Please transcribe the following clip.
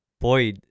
boy